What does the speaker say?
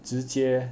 直接